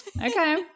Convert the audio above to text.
okay